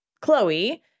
Chloe